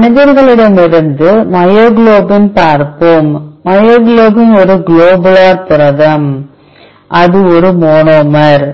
மனிதர்களிடமிருந்து myoglobin பார்ப்போம் myoglobin ஒரு globular புரதம் அது ஒரு மோனோமர்